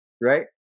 right